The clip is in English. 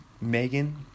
Megan